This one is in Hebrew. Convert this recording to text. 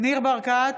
ניר ברקת,